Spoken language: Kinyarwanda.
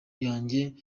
yanjye